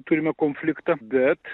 turime konfliktą bet